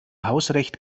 hausrecht